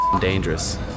dangerous